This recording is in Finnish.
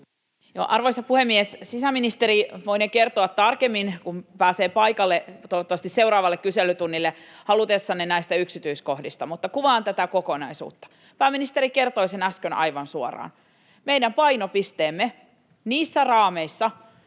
Arvoisa puhemies! Sisäministeri voinee kertoa tarkemmin, kun pääsee paikalle — toivottavasti seuraavalle kyselytunnille — halutessanne näistä yksityiskohdista, mutta kuvaan tätä kokonaisuutta. Pääministeri kertoi sen äsken aivan suoraan: meidän painopisteemme niissä raameissa,